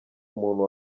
umuntu